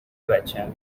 بچم